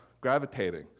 gravitating